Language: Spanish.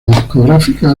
discográfica